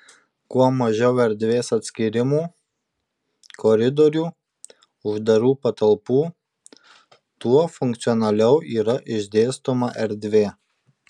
kuo mažiau erdvės atskyrimų koridorių uždarų patalpų tuo funkcionaliau yra išdėstoma erdvė